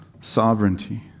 sovereignty